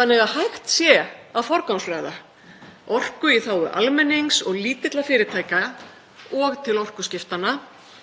þannig að hægt sé að forgangsraða orku í þágu almennings og lítilla fyrirtækja og til orkuskiptanna.